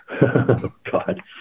God